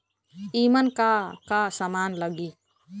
ईमन का का समान लगी?